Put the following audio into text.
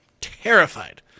Terrified